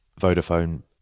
Vodafone